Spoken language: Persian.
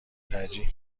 ترجیح